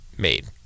made